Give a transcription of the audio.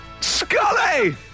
Scully